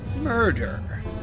murder